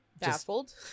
Baffled